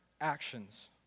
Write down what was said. actions